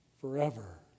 forever